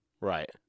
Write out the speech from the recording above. Right